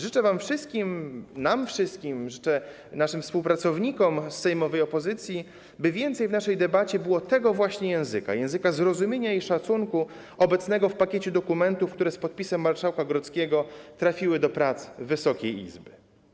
Życzę wam wszystkim, nam wszystkim, życzę naszym współpracownikom z sejmowej opozycji, by więcej w naszej debacie było tego właśnie języka, języka zrozumienia i szacunku obecnego w pakiecie dokumentów, które z podpisem marszałka Grodzkiego trafiły do prac Wysokiej Izby.